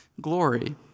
glory